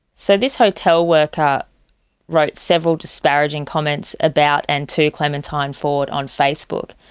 so this hotel worker wrote several disparaging comments about and to clementine ford on facebook.